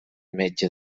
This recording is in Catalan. metge